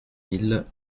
mille